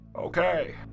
Okay